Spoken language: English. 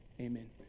Amen